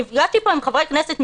נפגשתי פה עם חברי כנסת.